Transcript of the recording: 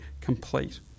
complete